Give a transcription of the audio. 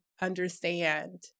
understand